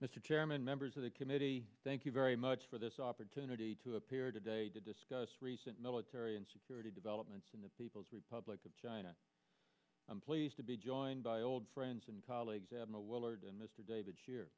mr chairman members of the committee thank you very much for this opportunity to appear today to discuss recent military and security developments in the people's republic of china i'm pleased to be joined by old friends and colleagues admiral willard and mr david